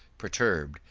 perturbed,